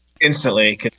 Instantly